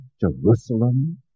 Jerusalem